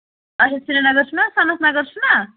اَچھا سری نگر چھُنا سَنت نگر چھُنا